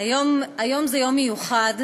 היום זה יום מיוחד,